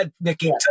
Nikki